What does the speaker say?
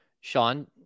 Sean